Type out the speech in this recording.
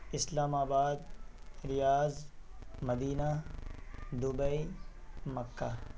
اسلام آباد Riyadh Medina Dubai مکہ